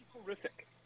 horrific